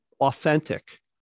authentic